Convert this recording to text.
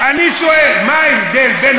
אני שואל: מה ההבדל בין